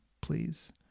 please